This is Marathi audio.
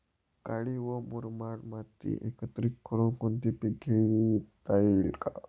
काळी व मुरमाड माती एकत्रित करुन कोणते पीक घेता येईल का?